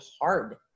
hard